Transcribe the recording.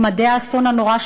ממדי האסון הנורא,